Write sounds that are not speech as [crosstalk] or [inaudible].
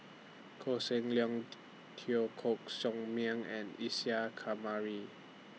Koh Seng Leong [noise] Teo Koh Sock Miang and Isa Kamari